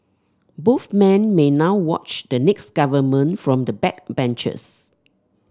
both men may now watch the next government from the backbenches